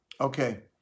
Okay